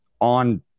on